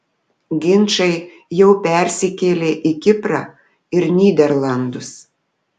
ginčai jau persikėlė į kiprą ir nyderlandus